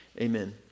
amen